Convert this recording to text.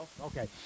okay